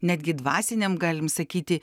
netgi dvasiniam galim sakyti